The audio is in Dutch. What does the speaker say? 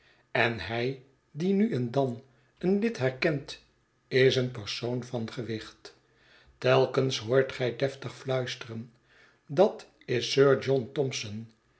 en hij die nu en dan een lid herkent is een persoon van gewicht telkens hoortgij deftigfluisteren dat is sir john thomson